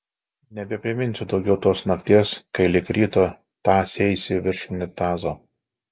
nebepriminsiu daugiau tos nakties kai lig ryto tąseisi virš unitazo